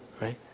right